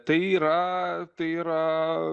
tai yra tai yra